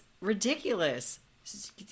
ridiculous